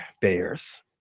Bears